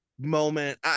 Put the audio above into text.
moment